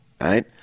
right